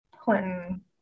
clinton